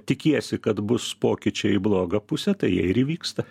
tikiesi kad bus pokyčiai į blogą pusę tai jie ir įvyksta